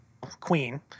queen